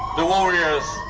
the warriors